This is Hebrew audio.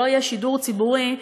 לא יהיה שידור ציבורי,